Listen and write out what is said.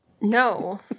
No